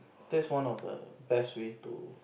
that's one of the best way to